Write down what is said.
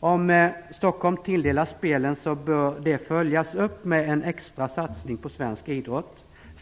Om Stockholm tilldelas spelen bör det följas upp med en extra satsning på svensk idrott.